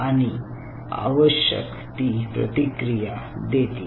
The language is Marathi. आणि आवश्यक ती प्रतिक्रिया देतील